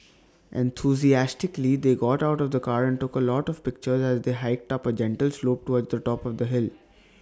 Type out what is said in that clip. enthusiastically they got out of the car and took A lot of pictures as they hiked up A gentle slope towards the top of the hill